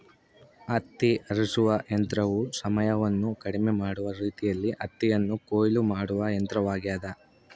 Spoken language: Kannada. ಹತ್ತಿ ಆರಿಸುವ ಯಂತ್ರವು ಸಮಯವನ್ನು ಕಡಿಮೆ ಮಾಡುವ ರೀತಿಯಲ್ಲಿ ಹತ್ತಿಯನ್ನು ಕೊಯ್ಲು ಮಾಡುವ ಯಂತ್ರವಾಗ್ಯದ